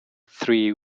three